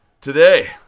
Today